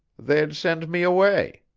they'd send me away.